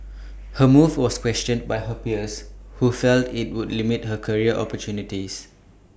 her move was questioned by her peers who felt IT would limit her career opportunities